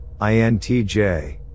INTJ